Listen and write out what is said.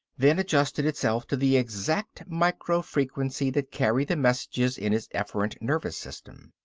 then adjusted itself to the exact micro-frequency that carried the messages in his efferent nervous system.